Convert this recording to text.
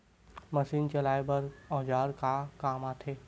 Machine चलाए बर औजार का काम आथे?